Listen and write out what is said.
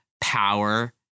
power